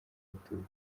abatutsi